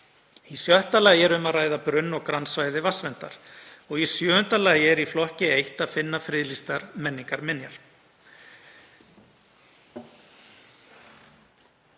Í sjötta lagi er um að ræða brunn- og grannsvæði vatnsverndar og í sjöunda lagi er í flokki 1 að finna friðlýstar menningarminjar.